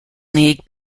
league